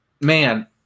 man